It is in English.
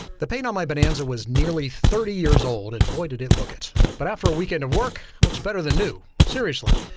the paint on my bonanza was nearly thirty years old and boy did it look it. but after a weekend of work looks better than new. seriously.